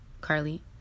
Carly